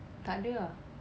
takde ah